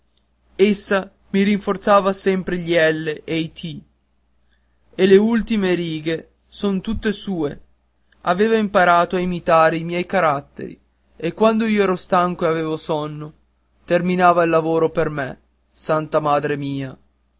essa mi rinforzava sempre gli elle e i ti e le ultime righe son tutte sue aveva imparato a imitare i miei caratteri e quando io ero stanco e avevo sonno terminava il lavoro per me santa madre mia